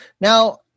Now